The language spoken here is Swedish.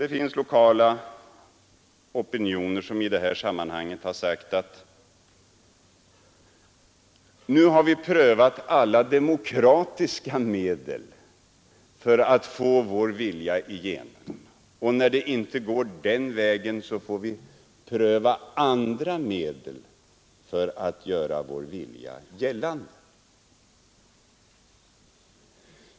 Det finns lokala opinioner som i detta sammanhang har sagt att vi nu har prövat alla demokratiska medel för att få vår vilja igenom. När det inte går den vägen, får vi pröva andra medel för att göra vår vilja gällande.